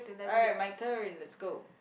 alright my turn let's go